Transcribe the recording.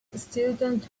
student